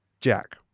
Jack